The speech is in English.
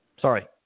Sorry